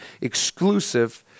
exclusive